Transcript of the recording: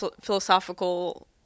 philosophical